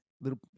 little